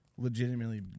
legitimately